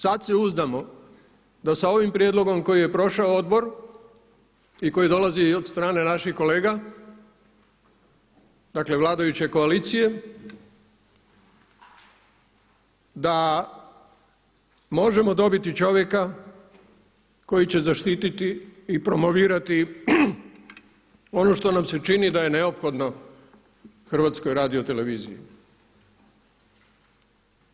Sada se uzdamo da sa ovim prijedlogom koji je prošao odbor i koji dolazi od strane naših kolega, dakle vladajuće koalicije, da možemo dobiti čovjeka koji će zaštititi i promovirati ono što nam se čini da je neophodno HRT-u.